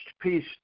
peace